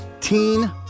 Teen